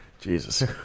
Jesus